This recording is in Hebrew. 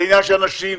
זה עניין של אנשים,